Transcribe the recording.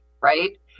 right